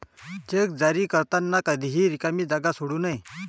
check जारी करताना कधीही रिकामी जागा सोडू नका